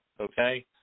okay